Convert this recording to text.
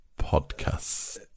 podcasts